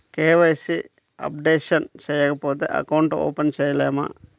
KYC updation చేయకపోతే account open చేయలేమా?